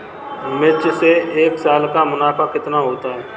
मिर्च से एक साल का मुनाफा कितना होता है?